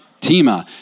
Tima